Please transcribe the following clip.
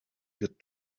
get